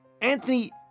Anthony